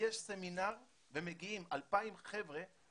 יש סמינר ומגיעים 2,000 חבר'ה,